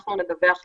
שאנחנו נדווח לשר.